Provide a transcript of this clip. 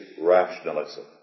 rationalism